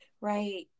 Right